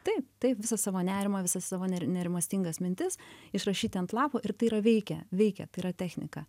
taip taip visą savo nerimą visas savo neri nerimastingas mintis išrašyti ant lapo ir tai yra veikia veikia tai yra technika